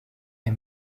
est